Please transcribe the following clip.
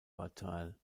fertile